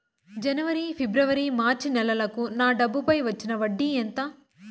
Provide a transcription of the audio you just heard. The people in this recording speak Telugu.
జనవరి, ఫిబ్రవరి, మార్చ్ నెలలకు నా డబ్బుపై వచ్చిన వడ్డీ ఎంత